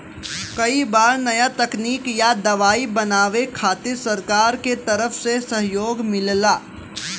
कई बार नया तकनीक या दवाई बनावे खातिर सरकार के तरफ से सहयोग मिलला